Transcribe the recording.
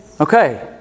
Okay